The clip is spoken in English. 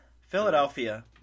Philadelphia